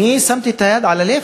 אני שמתי את היד על הלב,